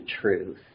truth